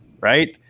Right